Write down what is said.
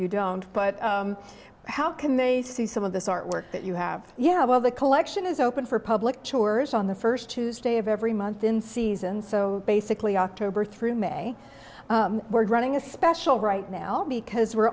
you don't but how can they see some of this artwork that you have you have all the collection is open for public tours on the first tuesday of every month in season so basically october through may we're running a special right now because we're